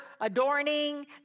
adorning